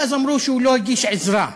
ואמרו שהוא לא הגיש עזרה.